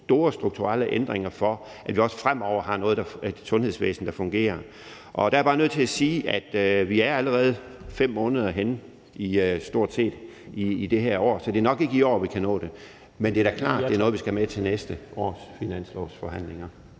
store strukturelle ændringer, for at vi også fremover har et sundhedsvæsen, der fungerer. Og der er jeg bare nødt til at sige, at vi allerede er 5 måneder henne i det her år, så det er nok ikke i år, vi kan nå det. Men det er da klart, at det er noget, vi skal have med til næste års finanslovsforhandlinger.